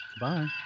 bye